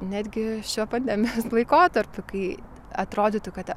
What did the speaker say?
netgi šiuo pandemijos laikotarpiu kai atrodytų kad